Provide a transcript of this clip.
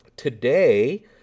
Today